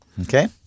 Okay